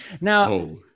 now